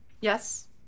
Yes